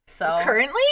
Currently